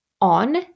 on